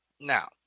Now